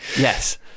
Yes